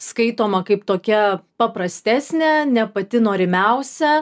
skaitoma kaip tokia paprastesnė ne pati norimiausia